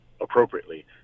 appropriately